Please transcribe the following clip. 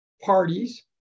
parties